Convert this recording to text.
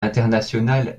internationale